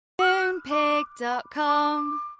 Moonpig.com